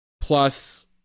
plus